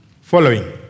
following